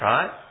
Right